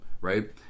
right